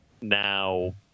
now